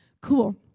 Cool